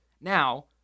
Now